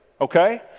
Okay